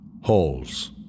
Halls